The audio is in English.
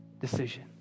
decision